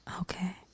Okay